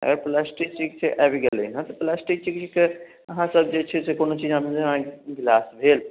plastic चीज जे आबि गेलै हँ तऽ प्लास्टिक जे छै से अहाँ सब जे छै कोनो चीज जैसे अहाँकेँ ग्लास भेल